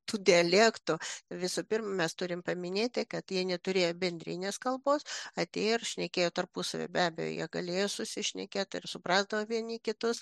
tų dialektų visų pirma mes turim paminėti kad jie neturėjo bendrinės kalbos atėję ir šnekėję tarpusavyje be abejo jie galėjo susišnekėti ir suprato vieni kitus